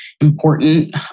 important